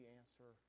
answer